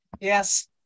Yes